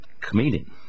comedian